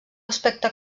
aspecte